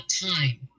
time